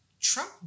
Trump